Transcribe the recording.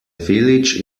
village